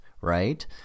right